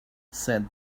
said